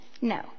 No